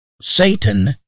Satan